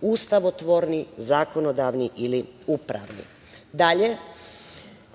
ustavotvorni, zakonodavni ili upravni. Dalje,